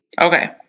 Okay